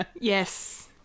Yes